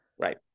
Right